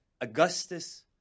Augustus